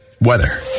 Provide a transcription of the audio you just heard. weather